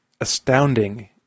astounding